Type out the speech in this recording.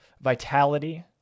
Vitality